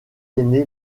aîné